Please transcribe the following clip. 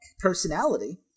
personality